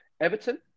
Everton